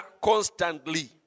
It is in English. Constantly